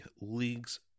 league's